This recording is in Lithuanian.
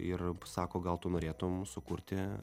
ir sako gal tu norėtum sukurti